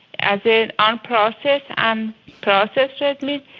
as in unprocessed and processed red meat,